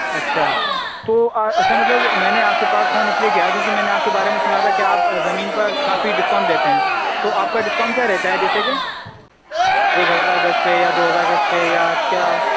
اچھا تو اچھا مطلب میں نے آپ کے پاس فون اس لیے کیا کیوںکہ میں نے آپ کے بارے میں سنا تھا کہ آپ زمین پر کافی ڈسکاؤنٹ دیتے ہیں تو آپ کا ڈسکاؤنٹ کیا رہتا ہے جیسے کہ ایک ہزار گز پہ یا دو ہزار گز پہ یا کیا